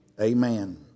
Amen